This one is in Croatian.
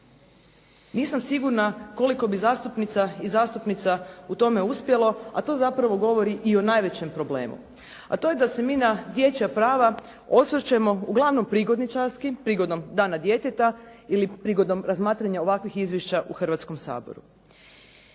Nisam sigurna koliko bi zastupnica i zastupnika u tome uspjelo a to zapravo govori i o najvećem problemu. A to je da se mi na dječja prava osvrćemo uglavnom prigodničarski, prigodom dana djeteta ili prigodom razmatranja ovakvih izvješća u Hrvatskom saboru.